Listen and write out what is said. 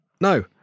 no